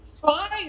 Fine